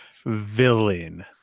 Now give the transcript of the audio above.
villain